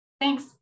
Thanks